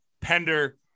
Pender